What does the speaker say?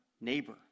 neighbor